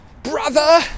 Brother